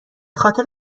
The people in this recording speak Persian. خاطر